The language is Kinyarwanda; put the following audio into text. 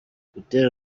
butera